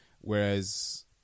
Whereas